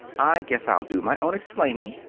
i guess i'll do my own explaining.